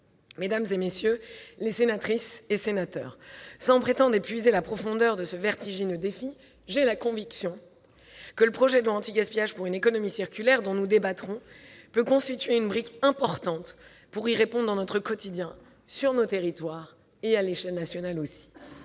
Mesdames les sénatrices, messieurs les sénateurs, sans prétendre épuiser la profondeur de ce vertigineux défi, j'ai la conviction que ce projet de loi anti-gaspillage pour une économie circulaire peut constituer une brique importante pour y répondre dans notre quotidien, sur nos territoires et à l'échelle nationale.